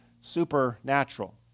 supernatural